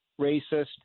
racist